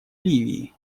ливии